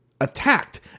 attacked